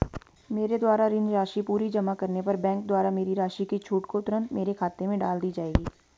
मेरे द्वारा ऋण राशि पूरी जमा करने पर बैंक द्वारा मेरी राशि की छूट को तुरन्त मेरे खाते में डाल दी जायेगी?